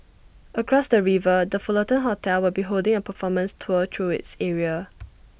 across the river the Fullerton hotel will be holding A performance tour through its area